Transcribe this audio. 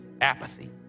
apathy